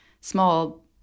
small